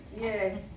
Yes